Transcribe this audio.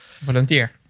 Volunteer